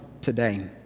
today